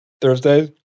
Thursdays